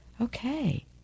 okay